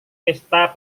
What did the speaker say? pesta